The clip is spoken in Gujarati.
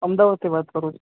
અમદાવાદથી વાત કરું